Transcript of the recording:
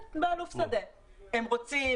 הם רוצים,